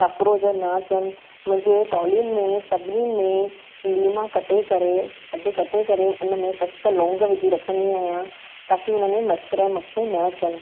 cockroach न अचनि मुंहिंजे टोलीन में सभिनिन में लीमां कटे करे अधि कटे करे उन में सत लोंग विझी रखंदी आहियां ताकी हुननि में मच्छर ऐं मक्खियूं न अचनि